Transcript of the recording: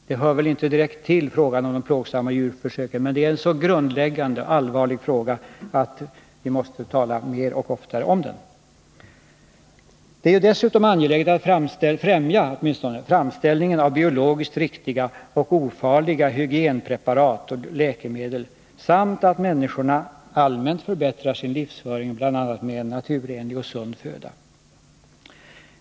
— Det hör väl inte direkt till frågan om de plågsamma djurförsöken, men det är en så grundläggande och allvarlig fråga att vi måste tala mer och oftare om det. Det är dessutom angeläget att främja framställningen av biologiskt riktiga och ofarliga hygienpreparat och läkemedel samt att människorna allmänt förbättrar sin livsföring, bl.a. med en naturenlig och sund föda.